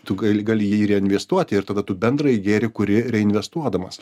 tu gali gali jį reinvestuoti ir tada tu bendrąjį gėrį kurį reinvestuodamas